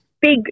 big